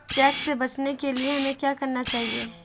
Tax से बचने के लिए हमें क्या करना चाहिए?